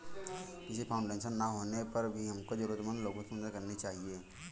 किसी फाउंडेशन के ना होने पर भी हमको जरूरतमंद लोगो की मदद करनी चाहिए